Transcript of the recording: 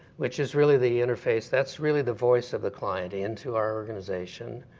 which is really the interface. that's really the voice of the client into our organization.